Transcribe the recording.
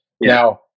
Now